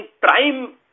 prime